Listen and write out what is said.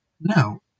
No